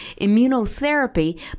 immunotherapy